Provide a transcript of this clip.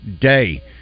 day